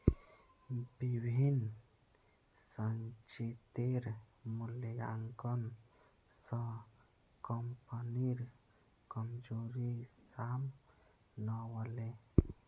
विभिन्न संचितेर मूल्यांकन स कम्पनीर कमजोरी साम न व ले